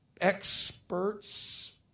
experts